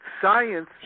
Science